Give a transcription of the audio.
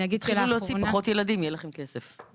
תתחילו להוציא פחות ילדים, יהיה לכם כסף.